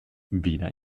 weder